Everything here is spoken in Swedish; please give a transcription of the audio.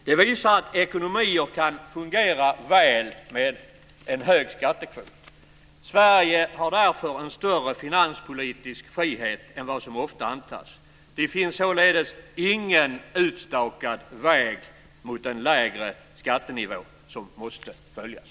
Det visar att ekonomier kan fungera väl med en hög skattekvot. Sverige har därför en större finanspolitisk frihet än vad som ofta antas. Det finns således ingen utstakad väg mot en lägre skattenivå som måste följas.